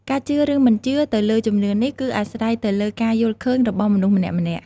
ការជឿឬមិនជឿទៅលើជំនឿនេះគឺអាស្រ័យទៅលើការយល់ឃើញរបស់មនុស្សម្នាក់ៗ។